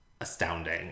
astounding